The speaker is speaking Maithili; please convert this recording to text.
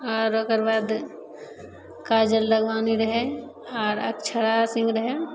आओर ओकर बाद काजल राघवानी रहै आओर अक्षरा सिंह रहै